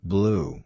Blue